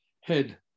head